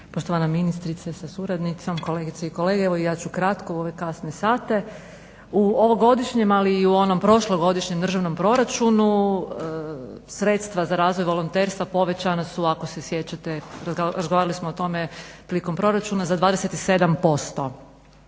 Poštovana ministrice sa suradnicom, kolegice i kolege. Evo ja ću kratko u ove kasne sate. U ovogodišnjem, ali i u onom prošlom godišnjem državnom proračunu sredstva za razvoj volonterstva povećana su ako se sjećate, razgovarali smo o tome prilikom proračuna, za 27%